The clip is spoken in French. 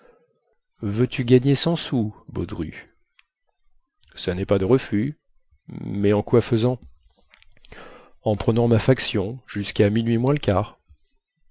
veux-tu gagner cent sous baudru ça nest pas de refus mais en quoi faisant en prenant ma faction jusquà minuit moins le quart